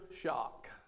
shock